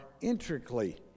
intricately